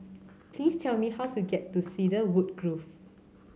please tell me how to get to Cedarwood Grove